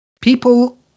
People